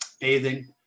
bathing